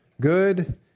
good